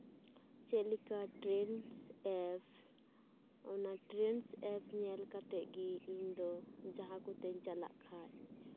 ᱡᱮᱞᱮᱠᱟ trans app ᱚᱱᱟ trans app ᱧᱮᱞ ᱠᱟᱛᱮ ᱤᱧ ᱫᱚ ᱡᱟᱦᱟᱸ ᱠᱚᱛᱮᱧ ᱪᱟᱞᱟᱜ ᱠᱷᱟᱡ